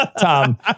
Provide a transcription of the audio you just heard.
Tom